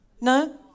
No